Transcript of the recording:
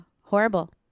horrible